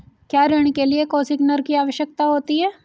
क्या ऋण के लिए कोसिग्नर की आवश्यकता होती है?